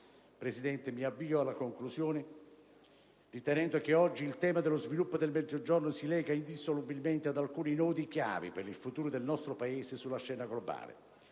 Presidente, mi avvio alla conclusione, ritenendo che oggi il tema dello sviluppo del Mezzogiorno si leghi indissolubilmente ad alcuni nodi chiave per il futuro del nostro Paese sulla scena globale,